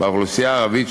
באוכלוסייה הערבית,